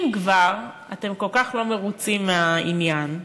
אם כבר אתם כל כך לא מרוצים מהעניין,